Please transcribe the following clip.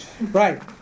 right